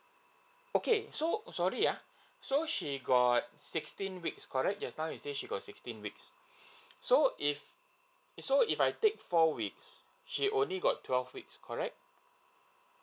okay so sorry uh so she got sixteen weeks correct just now you said she got sixteen weeks so if so if I take four weeks she only got twelve weeks correct